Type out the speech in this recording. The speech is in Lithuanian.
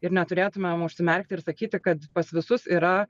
ir neturėtumėm užsimerkti ir sakyti kad pas visus yra